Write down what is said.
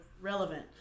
relevant